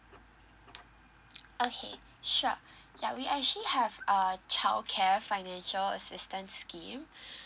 okay sure ya we actually have a childcare financial assistance scheme